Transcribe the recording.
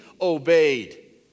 obeyed